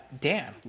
Dan